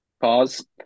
pause